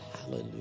Hallelujah